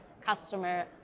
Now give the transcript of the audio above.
customer